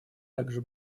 также